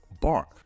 bark